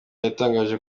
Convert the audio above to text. yatangaje